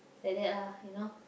like that ah you know